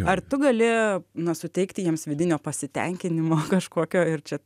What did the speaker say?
ar tu gali na suteikti jiems vidinio pasitenkinimo kažkokio ir čia